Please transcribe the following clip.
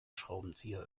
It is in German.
schraubenzieher